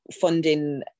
funding